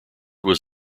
was